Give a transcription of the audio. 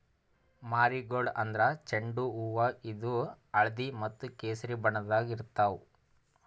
marigold ಅಂದ್ರ ಚೆಂಡು ಹೂವಾ ಇದು ಹಳ್ದಿ ಮತ್ತ್ ಕೆಸರಿ ಬಣ್ಣದಾಗ್ ಇರ್ತವ್